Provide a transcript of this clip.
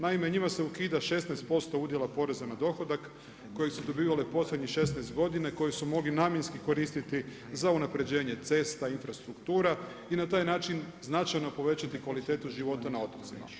Naime, njima se ukida 16% udjela poreza na dohodak kojeg su dobivale posljednjih 16 godina i kojeg su mogli namjenski koristiti za unapređenje cesta, infrastruktura i na taj način značajno povećati kvalitetu života na otocima.